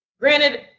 granted